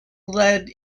lead